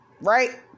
Right